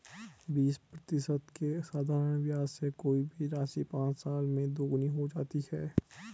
बीस प्रतिशत के साधारण ब्याज से कोई भी राशि पाँच साल में दोगुनी हो जाती है